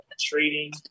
trading